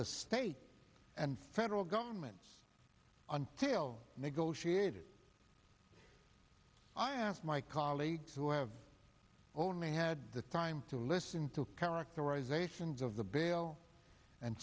the state and federal government until negotiated i asked my colleagues who have only had the time to listen to characterize a sins of the bail and